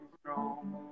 strong